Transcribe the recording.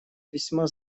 весьма